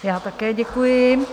Já také děkuji.